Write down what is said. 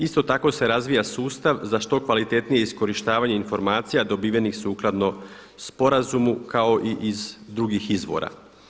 Isto tako se razvija sustav za što kvalitetnije iskorištavanje informacija dobivenih sukladno sporazumu kao i iz drugih izvora.